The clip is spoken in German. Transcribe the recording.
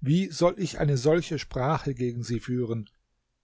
wie soll ich eine solche sprache gegen sie führen